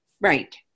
Right